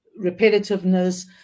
repetitiveness